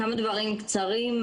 כמה דברים קצרים.